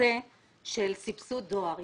הנושא של סבסוד דואר.